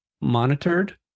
monitored